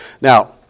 Now